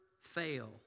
fail